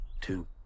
two